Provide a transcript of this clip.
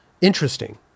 interesting